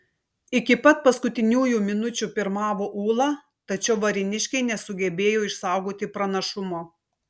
iki pat paskutiniųjų minučių pirmavo ūla tačiau varėniškiai nesugebėjo išsaugoti pranašumo